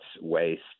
waste